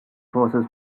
forces